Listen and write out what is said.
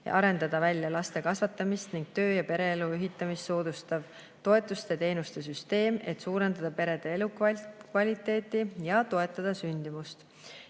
arendada välja laste kasvatamist ning töö‑ ja pereelu ühitamist soodustav toetuste ja teenuste süsteem, et suurendada perede elukvaliteeti ja toetada sündimust.